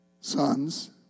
sons